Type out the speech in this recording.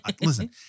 listen